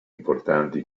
importanti